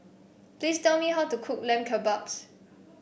please tell me how to cook Lamb Kebabs